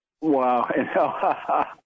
Wow